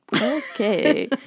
Okay